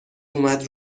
اومد